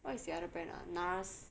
what is the other brand ah Nars